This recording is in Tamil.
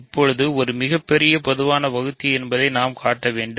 இப்போது இது ஒரு மிகப் பெரிய பொதுவான வகுத்தி என்பதை நாம் காட்ட வேண்டும்